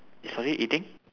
sorry eating